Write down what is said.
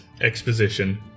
exposition